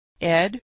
Ed